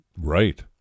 Right